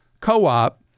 co-op